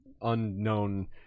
unknown